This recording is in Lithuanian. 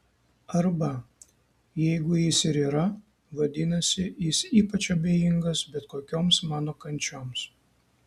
arba jeigu jis ir yra vadinasi jis ypač abejingas bet kokioms mano kančioms